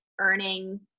earning